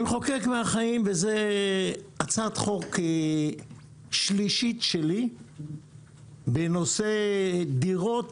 אני מחוקק מהחיים וזו הצעת חוק שלישית שלי בנושא דירות,